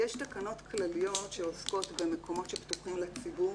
יש תקנות כלליות שעוסקות במקומות שפתוחים לציבור,